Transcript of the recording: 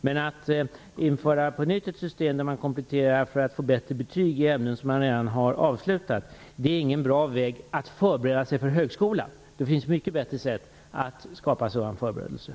Men att på nytt införa ett system som innebär att man kan komplettera för att få bättre betyg i ämnen som man redan har avslutat är ingen bra väg för att förbereda sig för högskolan. Det finns mycket bättre sätt för detta.